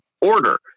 order